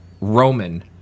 Roman